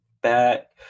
back